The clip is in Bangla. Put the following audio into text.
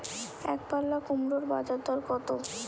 একপাল্লা কুমড়োর বাজার দর কত?